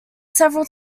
several